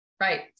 Right